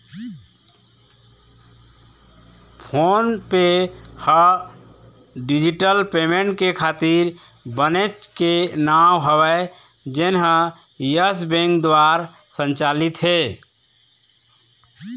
phone पे ह digital payment के खातिर बनेच के नांव हवय जेनहा यस बेंक दुवार संचालित हे